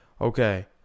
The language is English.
Okay